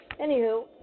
Anywho